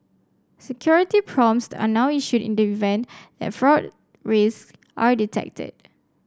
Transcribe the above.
security prompts are now issued in the event that fraud risk are detected